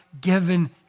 given